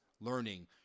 learning